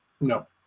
No